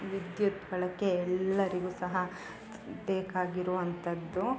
ವಿದ್ಯುತ್ ಬಳಕೆ ಎಲ್ಲಾರಿಗು ಸಹ ಬೇಕಾಗಿರುವಂಥದ್ದು